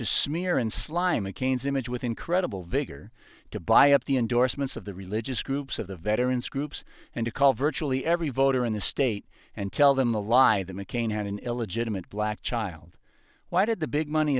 to smear and slime mccain's image with incredible vigor to buy up the endorsements of the religious groups of the veterans groups and to call virtually every voter in the state and tell them the lie that mccain had an illegitimate black child why did the big money